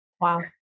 Wow